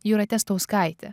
jūrate stauskaite